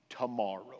tomorrow